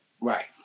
Right